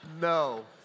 No